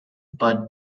but